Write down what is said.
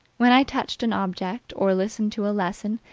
when i touched an object, or listened to a lesson,